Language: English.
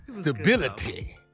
stability